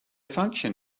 function